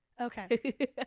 okay